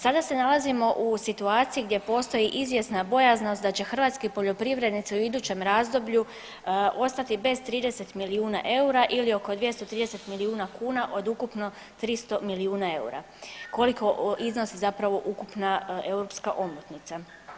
Sada se nalazimo u situaciji gdje postoji izvjesna bojaznost da će hrvatski poljoprivrednici u idućem razdoblju ostati bez 30 milijuna eura ili oko 230 milijuna kuna od ukupno 300 milijuna eura koliko iznosi zapravo ukupna europska omotnica.